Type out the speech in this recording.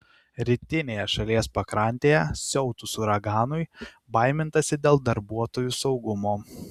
rytinėje šalies pakrantėje siautus uraganui baimintasi dėl darbuotojų saugumo